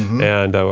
and